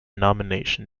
nomination